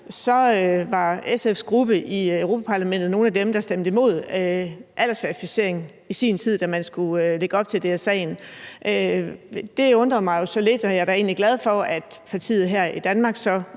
var SF's gruppe i Europa-Parlamentet nogle af dem, der stemte imod aldersverificering i sin tid, da man skulle lægge op til DSA'en. Det undrede mig jo så lidt, og jeg er da egentlig glad for, at partiet her i Danmark